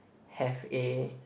have a